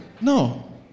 No